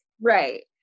right